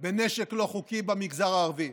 בנשק לא חוקי במגזר הערבי.